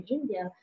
India